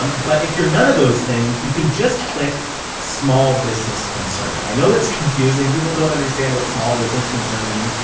um but if you're none of those things, you can just click small business concern. i know that's confusing people don't understand what small business concern means.